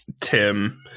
Tim